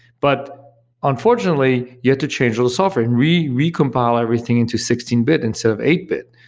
but unfortunately, you had to change all the software and we recompile everything into sixteen bit, instead of eight bit.